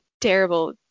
terrible